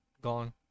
gone